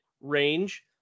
range